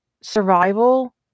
survival